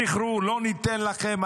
זכרו, לא ניתן לכם.